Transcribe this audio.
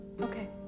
Okay